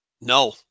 No